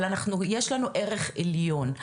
אבל יש לנו ערך עליון,